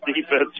defense